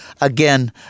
again